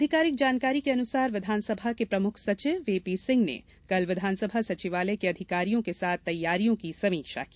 अधिकारिक जानकारी के अनुसार विधानसभा के प्रमुख सचिव एपी सिंह ने कल विधानसभा सचिवालय के अधिकारियों के साथ तैयारियों की समीक्षा की